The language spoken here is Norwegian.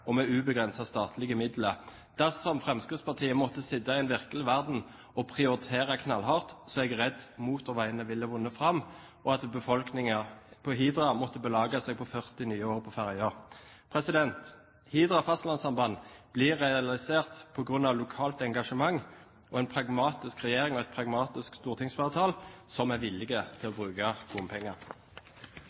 og med ubegrensede statlige midler. Dersom Fremskrittspartiet måtte sitte i den virkelige verden og prioritere knallhardt, er jeg redd motorveiene ville vunnet fram, og at befolkningen på Hidra måtte belage seg på 40 nye år på ferja. Hidra fastlandssamband blir realisert på grunn av lokalt engasjement, en pragmatisk regjering og et pragmatisk stortingsflertall som er villig til å bruke bompenger.